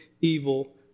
evil